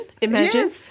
imagine